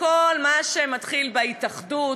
וכל מה שמתחיל ב"התאחדות",